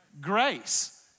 Grace